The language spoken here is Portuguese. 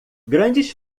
grandes